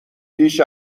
پیش